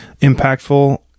impactful